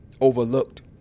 overlooked